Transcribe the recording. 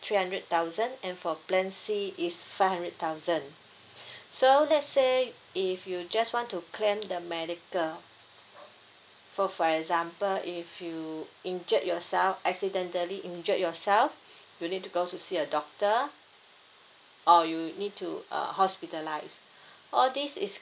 three hundred thousand and for plan C is five hundred thousand so let say if you just want to claim the medical so for example if you injured yourself accidentally injured yourself you need to go to see a doctor or you need to uh hospitalized all this is